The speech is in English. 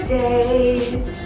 days